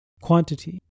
Quantity